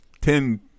ten